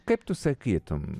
kaip tu sakytum